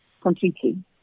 completely